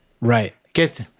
Right